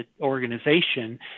organization